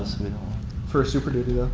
you know for a super duty though.